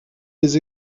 les